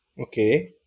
Okay